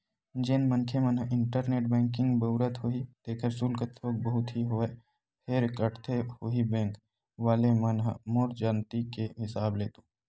जेन मनखे मन ह इंटरनेट बेंकिग बउरत होही तेखर सुल्क थोक बहुत ही होवय फेर काटथे होही बेंक वले मन ह मोर जानती के हिसाब ले तो